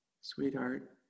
sweetheart